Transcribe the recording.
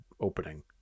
opening